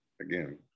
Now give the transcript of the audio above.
again